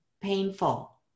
painful